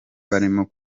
barimo